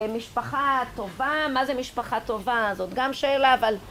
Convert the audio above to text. משפחה טובה? מה זה משפחה טובה? זאת גם שאלה, אבל...